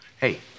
Hey